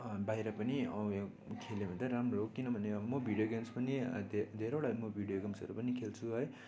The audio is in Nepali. बाहिर पनि यो खेल्यो भने त्यही राम्रो हो किनभने अब म भिडियो गेम्स पनि धे धेरैवटा म भिडियो गेम्सहरू पनि खेल्छु है